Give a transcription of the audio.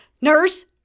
Nurse